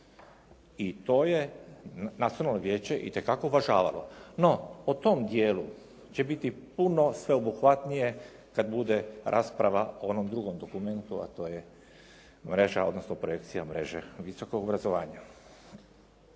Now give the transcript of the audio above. i to je nacionalno vijeće itekako uvažavalo. No o tom dijelu će biti puno sveobuhvatnije kada bude rasprava o onom drugom dokumentu a to je mreža, odnosno projekcija mreže visokog obrazovanja.